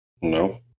No